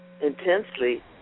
intensely